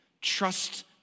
Trust